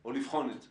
או לבחון את זה?